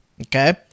Okay